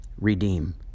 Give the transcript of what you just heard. redeem